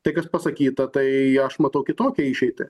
tai kas pasakyta tai aš matau kitokią išeitį